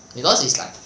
because it's like